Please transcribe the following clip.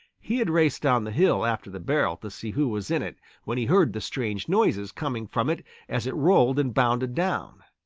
he had raced down the hill after the barrel to see who was in it when he heard the strange noises coming from it as it rolled and bounded down.